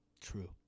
True